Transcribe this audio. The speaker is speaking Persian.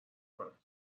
کنم